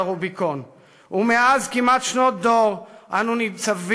לזכרו של ראש הממשלה ושר הביטחון יצחק רבין,